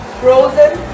frozen